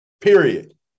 period